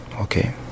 okay